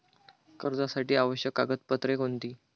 कर्जासाठी आवश्यक कागदपत्रे कोणती?